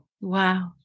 Wow